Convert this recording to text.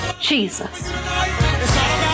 Jesus